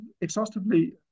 exhaustively